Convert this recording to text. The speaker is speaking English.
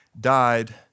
died